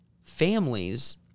families